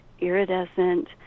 iridescent